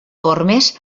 formes